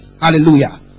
Hallelujah